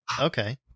Okay